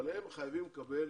הם חייבים לקבל